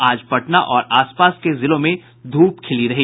आज पटना और आसपास के जिलों में धूप खिली रही